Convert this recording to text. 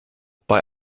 bei